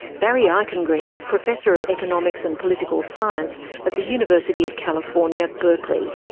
barry eichengreen is professor of economics and political science at the university of california, berkeley.